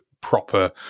proper